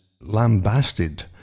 lambasted